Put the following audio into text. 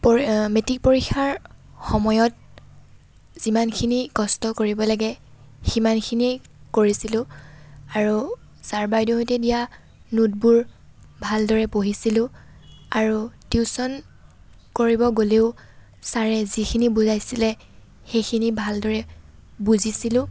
পৰি মেট্ৰিক পৰীক্ষাৰ সময়ত যিমানখিনি কষ্ট কৰিব লাগে সিমানখিনি কৰিছিলোঁ আৰু ছাৰ বাইদেউহঁতে দিয়া নোটবোৰ ভালদৰে পঢ়িছিলোঁ আৰু টিউচন কৰিব গ'লেও ছাৰে যিখিনি বুজাইছিলে সেইখিনি ভালদৰে বুজিছিলোঁ